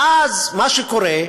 ואז מה שקורה,